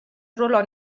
arruolò